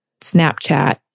Snapchat